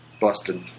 busted